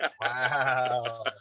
Wow